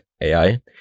AI